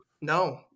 No